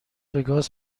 وگاس